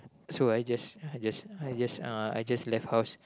so I just I just I just uh I just left house